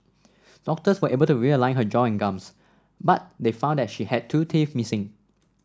doctors were able to realign her jaw and gums but they found that she had two teeth missing